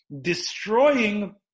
Destroying